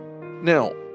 Now